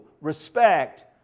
respect